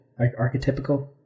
Archetypical